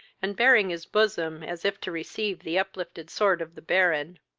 and baring his bosom, as if to receive the uplifted sword of the baron.